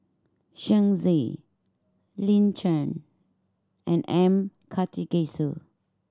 Shen Xi Lin Chen and M Karthigesu